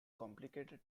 complicated